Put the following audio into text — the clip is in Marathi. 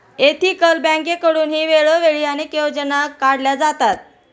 एथिकल बँकेकडूनही वेळोवेळी अनेक योजना काढल्या जातात